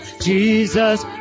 Jesus